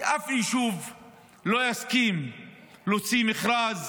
כי אף יישוב לא יסכים להוציא מכרז